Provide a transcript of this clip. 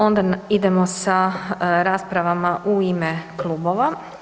Onda idemo sa raspravama u ime klubova.